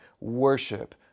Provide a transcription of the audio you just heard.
worship